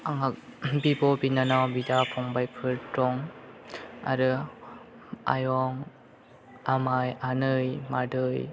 आंहा बिब' बिनानाव बिदा फंबायफोर दं आरो आयं आमाय आनै मादै